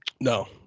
No